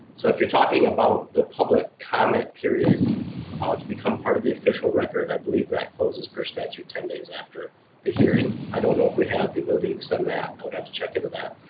so if you're talking about the public comment period ah to become a part of the official record, i believe that closes for statue ten days after the hearing. i don't know if we have the ability to extend that, i would have to check into that.